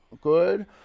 good